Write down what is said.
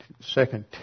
second